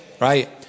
Right